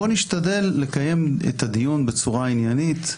בואו נשתדל לקיים את הדיון בצורה עניינית,